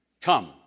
come